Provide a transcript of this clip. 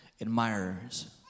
admirers